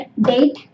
date